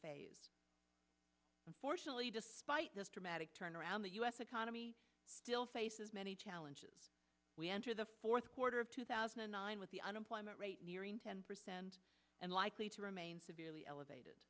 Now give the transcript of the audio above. phase unfortunately despite this dramatic turnaround the u s economy still faces many challenges we enter the fourth quarter of two thousand and nine with the unemployment rate nearing ten percent and likely to remain severely elevated